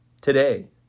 today